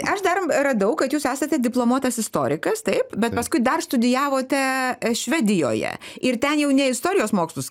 aš dar radau kad jūs esate diplomuotas istorikas taip bet paskui dar studijavote švedijoje ir ten jau ne istorijos mokslus